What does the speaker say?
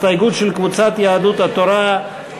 הסתייגות של קבוצת יהדות התורה,